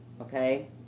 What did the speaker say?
Okay